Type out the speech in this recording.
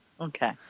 Okay